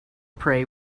prey